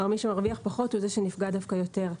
כלומר מי שמרוויח פחות הוא זה שנפגע דווקא יותר.